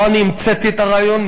לא אני המצאתי את הרעיון,